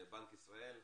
בנק ישראל,